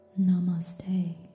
Namaste